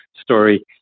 story